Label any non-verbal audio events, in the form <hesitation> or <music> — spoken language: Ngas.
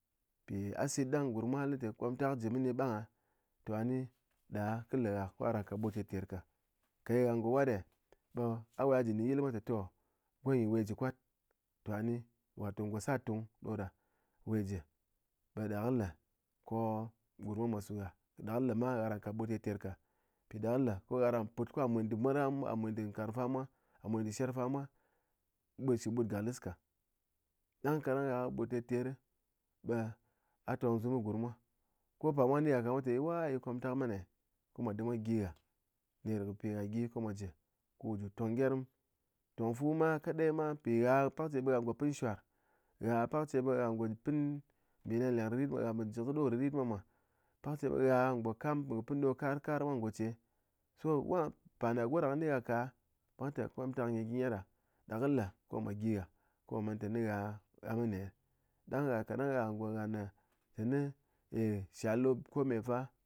Mpi a sit ɗang gurm mwa lé té komtak je méni ɓang ghá to gha ni ɗa kɨ le gha ko a ran kat ɓut terter ka, ka ye gha ngo wat eh, a we ji nɗɨn yil ɓe mwa té toh gonyi we ji kwat, toh a ni wato ngo sar túng ɗoɗa we jé ɓe ɗa kɨ le ko gurm mwa mwa su ghá ɗa kɨ le ma gha kɨ ran kat ɓut terter ka, mpi ɗa kɨ le ko gha ran put ko gha mwen dɨ mol gha mwa a mwen dɨ nkarng fa mwa, a mwen ɗe sher fa mwa ɓut shɨ ɓut gaklis ka ɗang kádang gha ɓut terter ɓe a tong zum gurm mwa ko par mwa ni gha ka ɓe mwa lɨ té wai komtak méne ko mwa ɗɨm mwa gyi gha ner kɨ pi gha gyi ko mwa jé ko wu ji wu tong gyerm, tong fu ma kadai ma mpi gha pakche gha ngo pɨn shwar gha pakche gha ngo pɨn nbi lengleng rɨrit gha po ji kɨ ɗo rɨtrit mwa mwá pakche ɓe gha ngo kam ngo pɨn ɗo kar kar mwa ngoche, so parda goɗa kɨ ni gha ka, ɓe lɨté komtak ɗa nyi gyɨ nƴét ɗa, ɗa kɨ le ko mwa gyi gha ko mwa man tɨné gha, gha mɨne ɗang gha káɗang gha ngo ghanɨ tɨné <hesitation> shall ɗo kome fa